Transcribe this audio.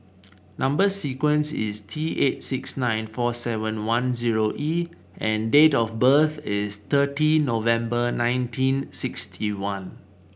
number sequence is T eight six nine four seven one zero E and date of birth is thirty November nineteen sixty one